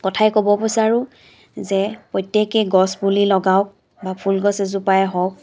কথাই ক'ব বিচাৰোঁ যে প্ৰত্যেকেই গছপুলি লগাওক বা ফুলগছ এজোপাই হওক